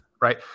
right